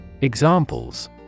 Examples